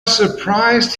surprised